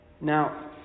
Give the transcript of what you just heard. Now